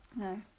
No